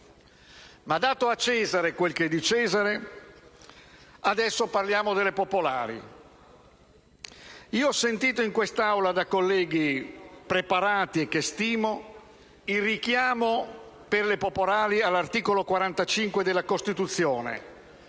Ma dato a Cesare quello che è di Cesare, adesso parliamo delle popolari. Ho sentito in questa Assemblea, da colleghi preparati e che stimo, richiamare, per le popolari, l'articolo 45 della Costituzione